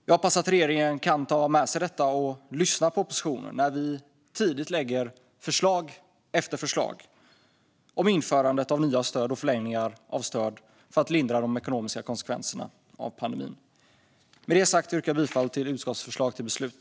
Jag hoppas att regeringen kan ta med sig detta och lyssna på oppositionen när vi tidigt lägger fram förslag efter förslag om införande av nya stöd och förlängningar av stöd för att lindra de ekonomiska konsekvenserna av pandemin. Med det sagt yrkar jag bifall till utskottets förslag till beslut.